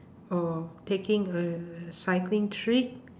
or taking a cycling trip